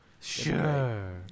Sure